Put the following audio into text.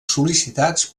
sol·licitats